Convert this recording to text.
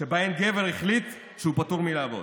שבהן הגבר החליט שהוא פתור מלעבוד.